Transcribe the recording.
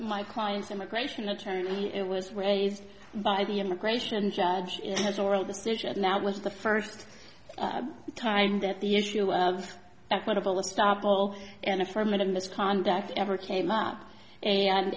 my client's immigration attorney it was used by the immigration judge has ordered decision now was the first time that the issue of equitable stoppel and affirmative misconduct ever came out and